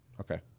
Okay